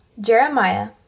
Jeremiah